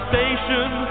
Station